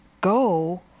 go